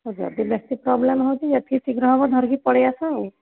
ହଉ ଯଦି ବେଶୀ ପ୍ରୋବ୍ଲେମ୍ ହେଉଛି ଯେତିକି ଶୀଘ୍ର ହବ ଧରିକି ପଳେଇଆସ ଆଉ